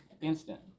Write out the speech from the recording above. instant